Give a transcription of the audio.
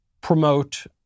promote